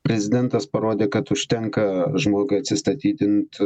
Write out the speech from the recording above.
prezidentas parodė kad užtenka žmogui atsistatydint